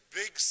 big